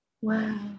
wow